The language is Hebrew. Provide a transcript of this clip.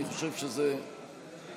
אני חושב שזה רצוי.